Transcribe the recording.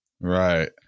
Right